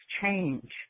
change